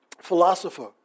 philosopher